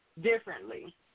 differently